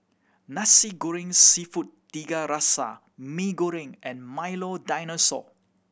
Nasi Goreng Seafood Tiga Rasa Mee Goreng and Milo Dinosaur